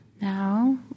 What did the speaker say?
now